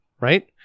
right